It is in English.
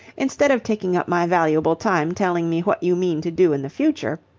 instead of taking up my valuable time telling me what you mean to do in the future.